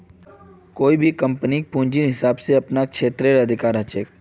कोई भी कम्पनीक पूंजीर हिसाब स अपनार क्षेत्राधिकार ह छेक